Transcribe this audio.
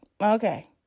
okay